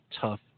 tough